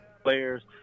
players